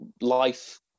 life